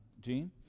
gene